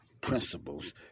Principles